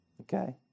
Okay